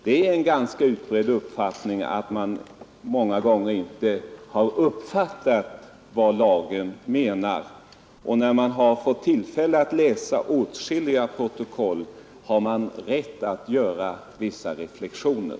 Det är en ganska utbredd uppfattning att man många gånger inte har uppfattat vad lagen menar, och den som fått tillfälle att läsa åtskilliga protokoll har rätt att göra vissa reflexioner.